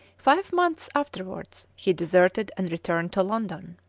five months afterwards he deserted and returned to london.